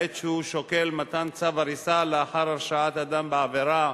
בעת שהוא שוקל מתן צו הריסה לאחר הרשעת אדם בעבירה